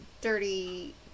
dirty